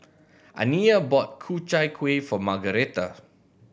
Aniyah bought Ku Chai Kuih for Margaretta